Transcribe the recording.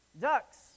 Ducks